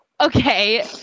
okay